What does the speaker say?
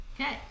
Okay